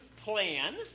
plan